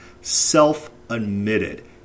self-admitted